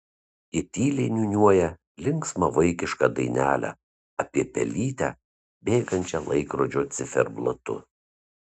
ji tyliai niūniuoja linksmą vaikišką dainelę apie pelytę bėgančią laikrodžio ciferblatu